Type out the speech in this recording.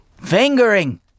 Fingering